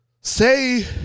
Say